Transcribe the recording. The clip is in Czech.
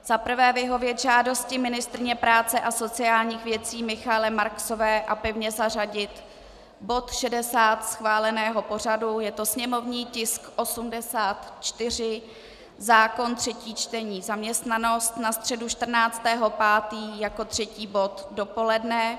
Za prvé vyhovět žádosti ministryně práce a sociálních věcí Michaele Marksové a pevně zařadit bod 60 schváleného pořadu, je to sněmovní tisk 84, zákon, třetí čtení, zaměstnanost na středu 14. 5. jako 3. bod dopoledne.